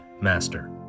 master